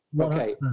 Okay